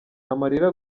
amarira